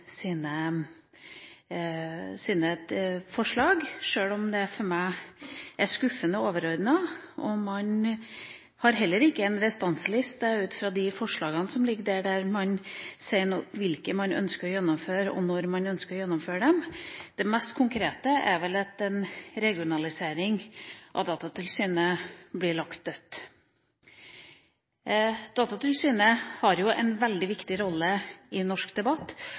for meg er skuffende overordnet. Man har heller ikke, ut fra de forslagene som ligger der, en restanseliste der man sier hvilke forslag man ønsker å gjennomføre, og når man ønsker å gjennomføre dem. Det mest konkrete forslaget er vel at en regionalisering av Datatilsynet blir lagt dødt. Datatilsynet har en veldig viktig rolle i norsk debatt